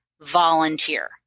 volunteer